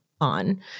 on